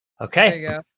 Okay